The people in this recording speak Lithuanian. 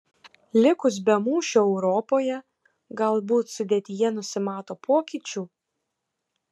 likus be mūšių europoje galbūt sudėtyje nusimato pokyčių